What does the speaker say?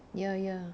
ya ya